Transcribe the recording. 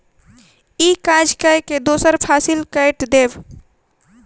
ई काज कय के दोसर फसिल कैट देब